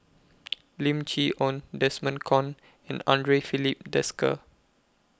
Lim Chee Onn Desmond Kon and Andre Filipe Desker